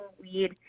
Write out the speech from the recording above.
weed